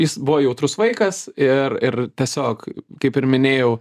jis buvo jautrus vaikas ir ir tiesiog kaip ir minėjau